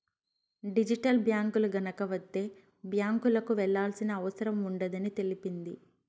digital బ్యాంకులు గనక వత్తే బ్యాంకులకు వెళ్లాల్సిన అవసరం ఉండదని తెలిపింది